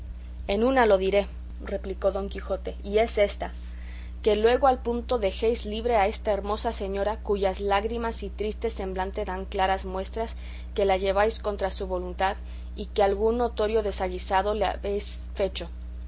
en una lo diré replicó don quijote y es ésta que luego al punto dejéis libre a esa hermosa señora cuyas lágrimas y triste semblante dan claras muestras que la lleváis contra su voluntad y que algún notorio desaguisado le habedes fecho